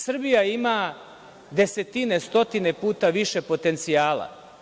Srbija ima desetine, stotine puta više potencijala.